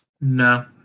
No